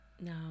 No